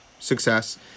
success